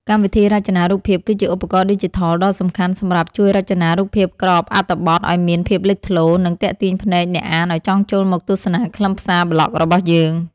កម្មវិធីរចនារូបភាពគឺជាឧបករណ៍ឌីជីថលដ៏សំខាន់សម្រាប់ជួយរចនារូបភាពក្របអត្ថបទឱ្យមានភាពលេចធ្លោ និង ទាក់ទាញភ្នែកអ្នកអានឱ្យចង់ចូលមកទស្សនាខ្លឹមសារប្លក់របស់យើង។